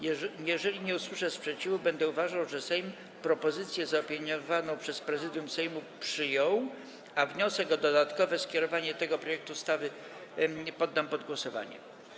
Jeżeli nie usłyszę sprzeciwu, będę uważał, że Sejm propozycję zaopiniowaną przez Prezydium Sejmu przyjął, a wniosek o dodatkowe skierowanie tego projektu ustawy poddam pod głosowanie.